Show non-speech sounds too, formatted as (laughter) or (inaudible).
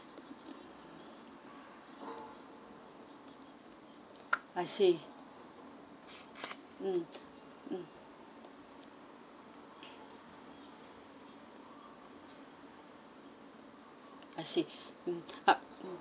I see mm I see (breath) mm but mm